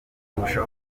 kubaka